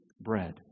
bread